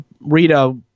Rita